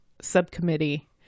subcommittee